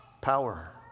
power